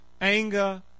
anger